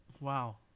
Wow